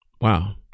Wow